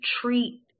treat